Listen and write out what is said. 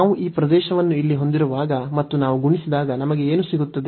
ನಾವು ಈ ಪ್ರದೇಶವನ್ನು ಇಲ್ಲಿ ಹೊಂದಿರುವಾಗ ಮತ್ತು ನಾವು ಗುಣಿಸಿದಾಗ ನಮಗೆ ಏನು ಸಿಗುತ್ತದೆ